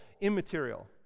immaterial